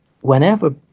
whenever